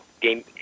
game